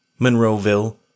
Monroeville